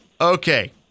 Okay